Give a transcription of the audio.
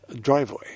...driveway